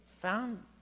found